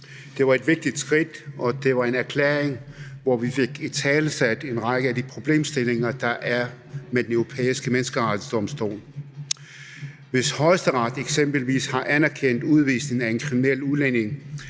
Det var et vigtigt skridt, og det var en erklæring, hvor vi fik italesat en række af de problemstillinger, der er i forbindelse med Den Europæiske Menneskerettighedsdomstol. Hvis Højesteret eksempelvis har anerkendt udvisningen af en kriminel udlændinge,